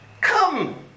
Come